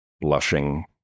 Blushing